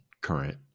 current